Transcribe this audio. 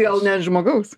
gal net žmogaus